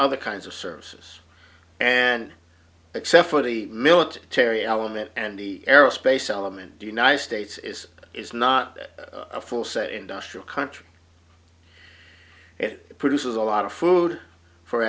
other kinds of services and except for the military element and the aerospace element the united states is is not a full set industrial country it produces a lot of food for